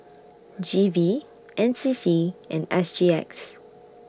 G V N C C and S G X